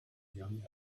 young